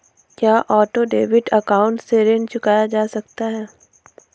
क्या auto debit account से ऋण चुकाया जा सकता है?